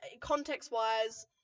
Context-wise